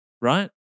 Right